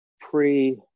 pre